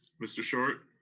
mr. short.